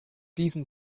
diesen